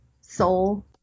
soul